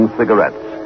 cigarettes